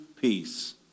peace